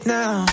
now